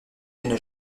une